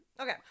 Okay